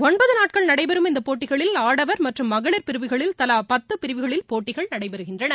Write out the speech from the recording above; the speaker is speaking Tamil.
ஒன்பது நாட்கள் நடைபெறும் இந்த போட்டிகளில் ஆடவர் மற்றும் மகளிர் பிரிவுகளில் தலா பத்து பிரிவுகளில் போட்டிகள் நடைபெறுகின்றன